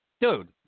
Dude